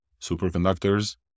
superconductors